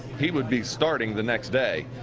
he would be starting the next day.